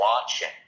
watching